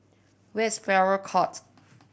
where is Farrer Court